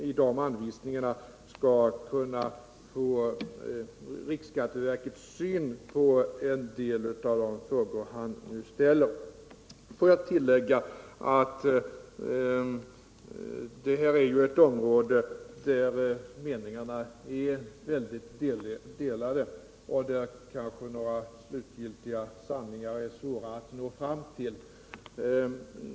I de anvisningarna kan han få del av riksskatteverkets syn på några av de frågor han nu ställer. Får jag tillägga att detta är ett område där meningarna är mycket delade och där det kanske är svårt att nå fram till några slutgiltiga sanningar.